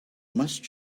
must